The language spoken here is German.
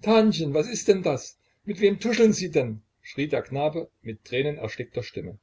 tantchen was ist denn das mit wem tuscheln sie denn schrie der knabe mit tränenerstickter stimme